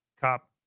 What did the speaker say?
cop